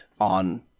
on